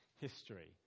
history